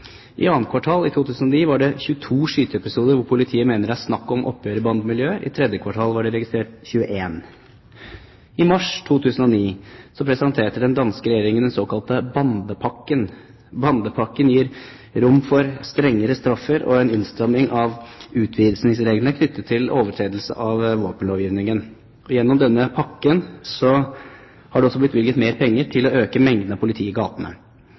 I andre kvartal i 2009 var det 22 skyteepisoder hvor politiet mener det er snakk om oppgjør i bandemiljøet, i tredje kvartal var det registrert 21. I mars 2009 presenterte den danske regjeringen den såkalte bandepakken. Bandepakken gir rom for strengere straffer og en innstramming av utvisningsreglene knyttet til overtredelse av våpenlovgivningen. Gjennom denne pakken har det også blitt bevilget mer penger til å øke mengden av politi i gatene.